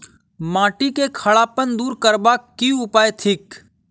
माटि केँ खड़ापन दूर करबाक की उपाय थिक?